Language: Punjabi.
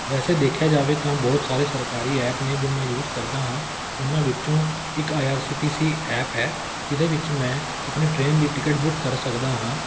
ਵੈਸੇ ਦੇਖਿਆ ਜਾਵੇ ਤਾਂ ਬਹੁਤ ਸਾਰੇ ਸਰਕਾਰੀ ਐਪ ਨੇ ਜੋ ਮੈਂ ਯੂਸ ਕਰਦਾ ਹਾਂ ਉਹਨਾਂ ਵਿੱਚੋਂ ਇੱਕ I R C T C app ਹੈ ਜਿਹਦੇ ਵਿੱਚ ਮੈਂ ਆਪਣੀ ਟਰੇਨ ਦੀ ਟਿਕਟ ਬੁੱਕ ਕਰ ਸਕਦਾ ਹਾਂ